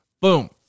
Boom